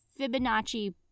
Fibonacci